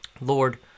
Lord